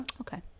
Okay